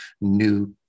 new